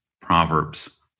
Proverbs